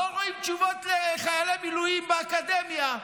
לא רואים תשובות לחיילי מילואים באקדמיה.